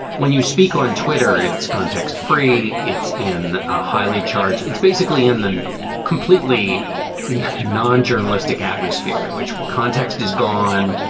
when you speak on twitter, it's context free it's in a highly charged. it's basically in completely non journalistic atmosphere in which context is gone.